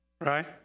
right